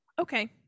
Okay